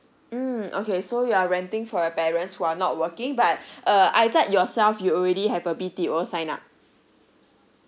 mm okay so you are renting for your parents who are not working but uh izat yourself you already have a B_T_O sign up